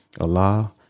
Allah